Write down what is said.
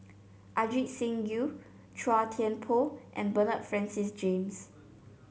Ajit Singh Gill Chua Thian Poh and Bernard Francis James